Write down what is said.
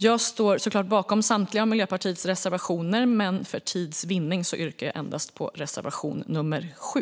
Jag står såklart bakom samtliga av Miljöpartiets reservationer, men för tids vinnande yrkar jag bifall endast till reservation nummer 7.